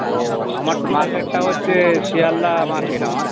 ও আমার মার্কেটটা হচ্ছে শিয়ালদা মার্কেট আমার